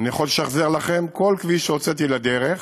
אני יכול לשחזר לכם כל כביש שהוצאתי לדרך.